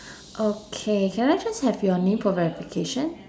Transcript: okay can I just have your name for verification